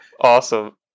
Awesome